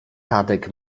tadek